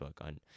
on